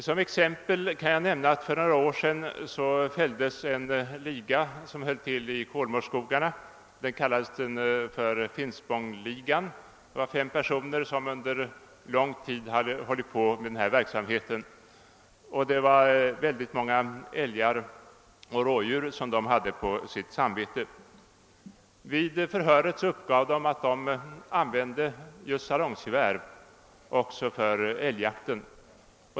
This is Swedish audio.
Som exempel kan jag nämna att för några år sedan fälldes en liga som höll till i Kolmårdsskogarna — som kallades Finspångligan. Fem personer hade under lång tid bedrivit denna verksamhet, och de hade många älgar och rådjur på sina samveten. Vid förhöret uppgav de att de använde salongsgevär också för älgiakten.